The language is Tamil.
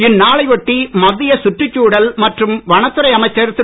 இந்நாளையொட்டி மத்திய சுற்றுச்சூழல் வனத்துறை அமைச்சர் திரு